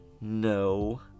No